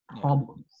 problems